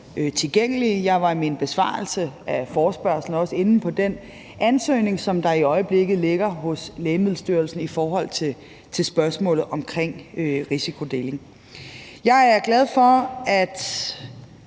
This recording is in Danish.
tilgængelige. Jeg var i min besvarelse af forespørgslen også inde på den ansøgning, der i øjeblikket ligger hos Lægemiddelstyrelsen i forhold til spørgsmålet om risikodeling. Jeg er glad for, at